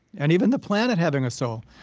and even the planet having a soul.